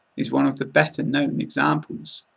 is one of the better-known examples.